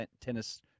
Tennis